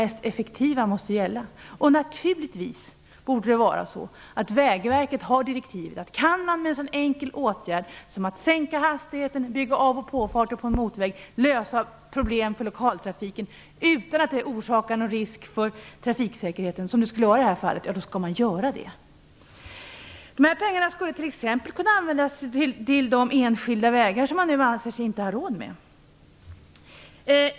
Naturligtvis borde Vägverket ha direktivet att om man kan lösa problem för lokaltrafiken, så skall man göra det när det gäller så enkla åtgärder som att sänka hastigheten samt bygga av och påfarter till en motorväg utan att det orsakar någon risk för trafiksäkerheten, vilket det inte skulle göra i det här fallet. Dessa pengar skulle t.ex. kunna användas till de enskilda vägar som Vägverket nu inte anser sig ha råd med.